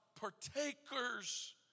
partakers